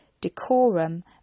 decorum